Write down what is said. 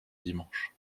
dimanche